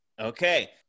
Okay